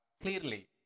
clearly